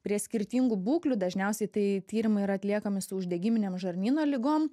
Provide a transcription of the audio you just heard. prie skirtingų būklių dažniausiai tai tyrimai yra atliekami su uždegiminėm žarnyno ligom